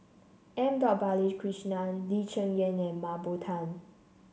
M Balakrishnan Lee Cheng Yan and Mah Bow Tan